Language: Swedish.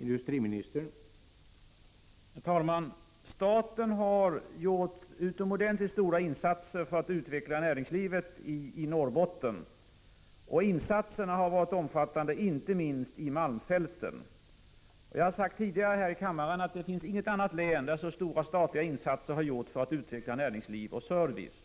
Herr talman! Staten har gjort utomordentligt stora insatser för att utveckla näringslivet i Norrbotten. Inte minst omfattande har insatserna varit i malmfälten. Jag har sagt tidigare här i kammaren att det inte finns något annat län där så stora statliga insatser har gjorts för att utveckla näringsliv och service.